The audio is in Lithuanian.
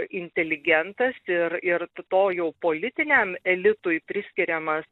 inteligentas ir ir to jau politiniam elitui priskiriamas